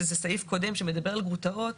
שהוא סעיף קודם שמדבר על גרוטאות,